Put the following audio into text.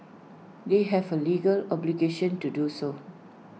they have A legal obligation to do so